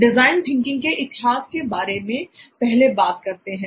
design thinking के इतिहास के बारे में पहले बात करते हैं